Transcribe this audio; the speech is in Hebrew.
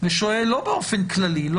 היה יותר הגיוני בעיניי להישיר מבט למציאות ולבוא